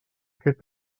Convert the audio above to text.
aquest